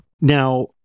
Now